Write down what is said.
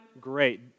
great